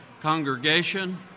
congregation